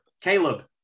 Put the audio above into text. Caleb